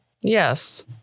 Yes